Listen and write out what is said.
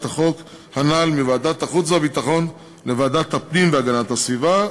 החוק הנ"ל מוועדת החוץ והביטחון לוועדת הפנים והגנת הסביבה.